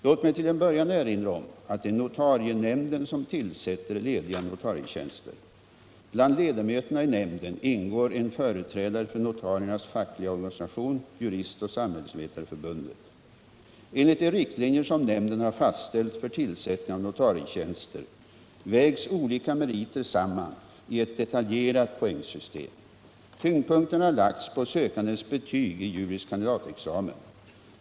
Låt mig till en början erinra om att det är notarienämnden som tillsätter lediga notarietjänster. Bland ledamöterna i nämnden ingår en företrädare för notariernas fackliga organisation, Juristoch samhällsvetareförbundet. Enligt de riktlinjer som nämnden har fastställt för tillsättning av notarietjänster vägs olika meriter samman i ett detaljerat poängsystem. Tyngdpunkten har lagts på sökandens betyg i juris kandidatexamen.